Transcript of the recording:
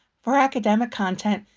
for academic content,